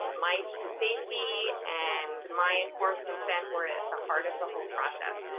my safety and my informed consent were at the heart of the whole process.